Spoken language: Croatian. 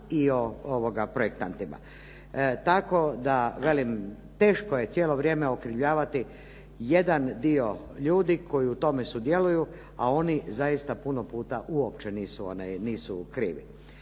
i o projektantima, tako da velim, teško je cijelo vrijeme okrivljavati jedan dio ljudi koji u tome sudjeluju, a oni zaista puno puta uopće nisu krivi.